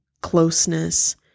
closeness